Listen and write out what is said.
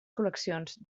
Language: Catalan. col·leccions